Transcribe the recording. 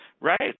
Right